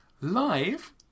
live